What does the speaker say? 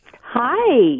Hi